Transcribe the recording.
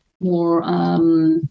more